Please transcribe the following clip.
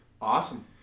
Awesome